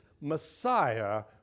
Messiah